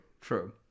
True